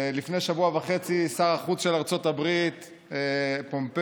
לפני שבוע וחצי שר החוץ של ארצות הברית פומפאו